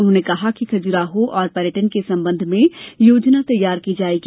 उन्होंने कहा की खजुराहो और पर्यटन के संबंध में योजना तैयार की जाएगी